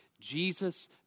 Jesus